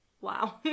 Wow